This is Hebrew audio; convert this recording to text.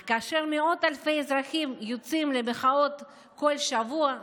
אך כאשר מאות אלפי אזרחים יוצאים למחאות כל שבוע,